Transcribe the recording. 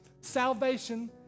Salvation